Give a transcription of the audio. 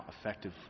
effective